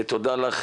ותודה לך